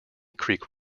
creek